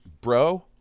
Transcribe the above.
bro